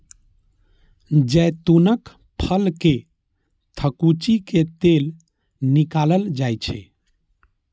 जैतूनक फल कें थकुचि कें तेल निकालल जाइ छै